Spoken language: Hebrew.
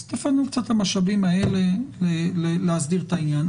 אז תפנו קצת את המשאבים האלה להסדיר את העניין.